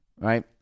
Right